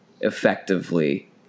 effectively